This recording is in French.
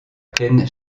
plaine